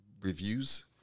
reviews